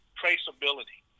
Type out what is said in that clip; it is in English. traceability